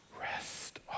Rest